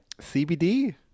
CBD